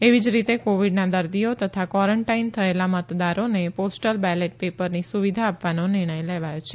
એવી જ રીતે કોવીડના દર્દીઓ તથા કવારન્ટાઇન થયેલા મતદારોને પોસ્ટલ બેલેટ પેપરની સુવિધા આપવાનો નિર્ણય લેવાયો છે